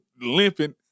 limping